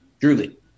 truly